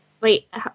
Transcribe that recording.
Wait